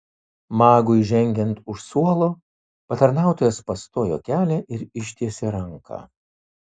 magui žengiant už suolo patarnautojas pastojo kelią ir ištiesė ranką